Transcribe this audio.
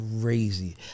crazy